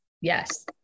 Yes